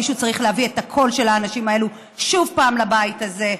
מישהו צריך להביא את הקול של האנשים האלה שוב לבית הזה.